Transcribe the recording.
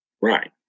Right